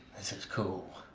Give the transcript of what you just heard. this is cool.